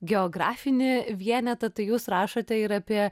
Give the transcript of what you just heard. geografinį vienetą tai jūs rašote ir apie